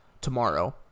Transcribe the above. tomorrow